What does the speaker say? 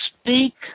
speak